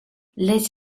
les